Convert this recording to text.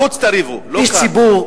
בחוץ תריבו, לא כאן.